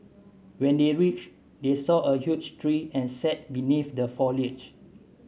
when they reached they saw a huge tree and sat beneath the foliage